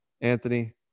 Anthony